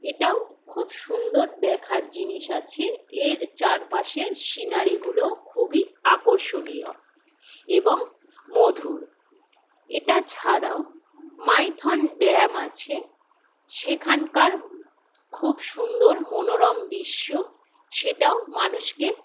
এটাও খুব সুন্দর দেখার জিনিস আছে এর চারপাশের সিনারিগুলোও খুবই আকর্ষণীয় এবং মধুর এটা ছাড়াও মাইথন ড্যাম আছে সেখানকার খুব সুন্দর মনোরম দৃশ্য সেটাও মানুষকে